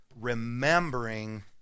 remembering